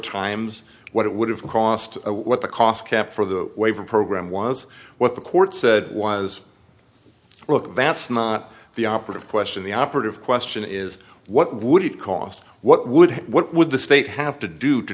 times what it would have cost what the cost cap for the waiver program was what the court said was look that's not the operative question the operative question is what would it cost what would what would the state have to do to